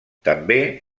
també